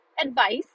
advice